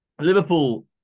Liverpool